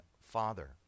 father